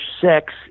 sex